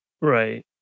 Right